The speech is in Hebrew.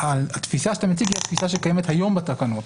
התפיסה שאתה מציג היא התפיסה שקיימת היום בתקנות.